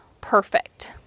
perfect